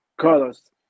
Carlos